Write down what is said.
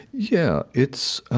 yeah, it's